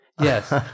Yes